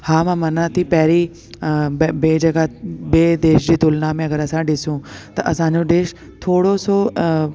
हा मां मञा ती पैरीं अ ब ॿिए जॻहा ॿिए देश जी तुलना में अगरि असां ॾिसूं त असांजो देश थोरो सो